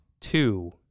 two